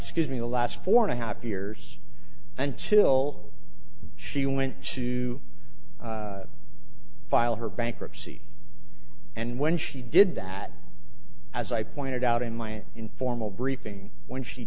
scuse me the last four and a half years until she went to file her bankruptcy and when she did that as i pointed out in my an informal briefing when she